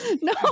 No